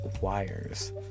wires